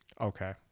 Okay